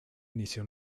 inició